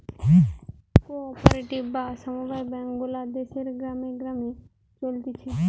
co operative বা সমব্যায় bank গুলা দেশের গ্রামে গ্রামে চলতিছে